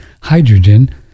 hydrogen